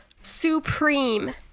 supreme